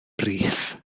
brith